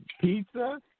Pizza